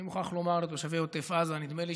אני מוכרח לומר לתושבי עוטף עזה: נדמה לי